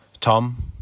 Tom